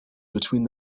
between